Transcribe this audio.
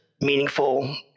meaningful